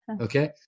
Okay